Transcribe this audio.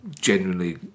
genuinely